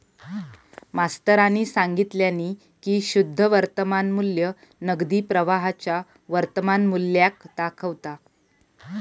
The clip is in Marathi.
मास्तरानी सांगितल्यानी की शुद्ध वर्तमान मू्ल्य नगदी प्रवाहाच्या वर्तमान मुल्याक दाखवता